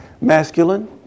masculine